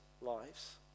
lives